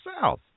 South